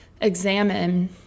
examine